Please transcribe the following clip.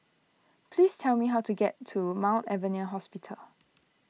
please tell me how to get to Mount Alvernia Hospital